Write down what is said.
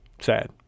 Sad